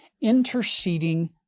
interceding